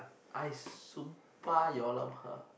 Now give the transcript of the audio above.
I sumpah your